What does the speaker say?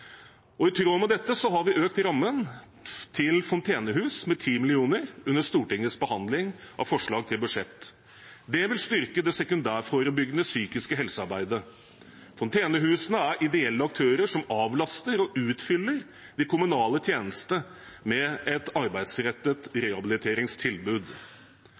tilpasset. I tråd med dette har vi økt rammen til fontenehusene med 10 mill. kr under Stortingets behandling av forslag til budsjett. Det vil styrke det sekundærforebyggende psykiske helsearbeidet. Fontenehusene er ideelle aktører som avlaster og utfyller de kommunale tjenestene med et arbeidsrettet